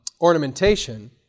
ornamentation